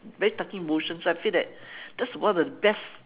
very touching emotion so I feel that that's one of the best